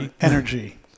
energy